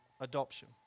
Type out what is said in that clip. adoption